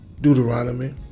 Deuteronomy